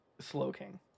Slowking